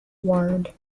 ward